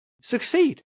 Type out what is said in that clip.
succeed